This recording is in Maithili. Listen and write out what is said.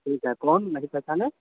ठीक है कौन नहीं पहचाने